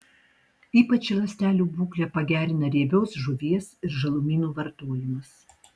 ypač ląstelių būklę pagerina riebios žuvies ir žalumynų vartojimas